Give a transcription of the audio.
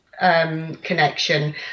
connection